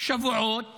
שבועות